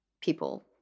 people